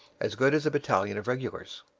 as good as a battalion of regulars.